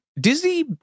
Disney